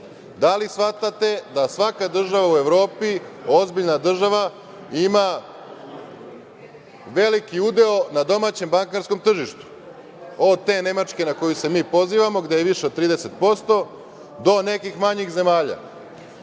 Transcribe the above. Da li shvatate da svaka država u Evropi, ozbiljna država ima veliki udeo na domaćem tržištu, od te Nemačke na koju se mi pozivamo, gde je više od 30%, do nekih manjih zemalja? Ono